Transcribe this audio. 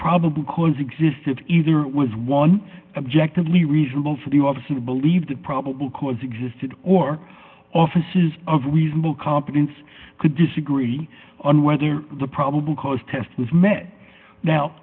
probably cause existed either was one objective lee reasonable for the officer who believed the probable cause existed or offices of reasonable competence could disagree on whether the probable cause test was met now